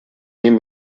nimm